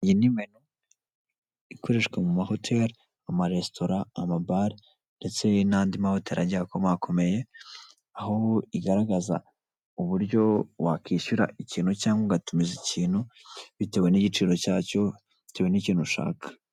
Iyi ni menu ikoreshwa: mu mahoteli, amaresitora, amabare ndetse n'andi mahoteli agiye akomakomeye; aho igaragaza uburyo wakishyura ikintu cyangwa ugatumiza ikintu, bitewe n'igiciro cyacyo, bitewe n'ikintu ushaka.